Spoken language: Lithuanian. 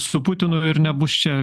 su putinu ir nebus čia